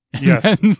Yes